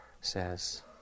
says